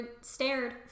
stared